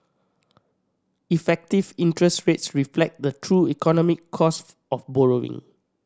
effective interest rates reflect the true economic cost of borrowing